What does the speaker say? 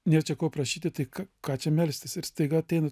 nėr čia ko prašyti tai ką čia melstis ir staiga ateina